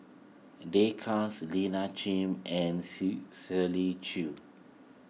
Day Kas Lina Chiam and Shirley Chew